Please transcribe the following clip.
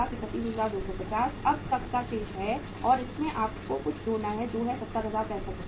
1331250 अब तक का शेष है और इसमें आपको कुछ जोड़ना है जो 70065 है